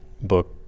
book